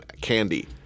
candy